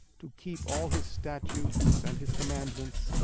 to keep all his statutes and his commandments,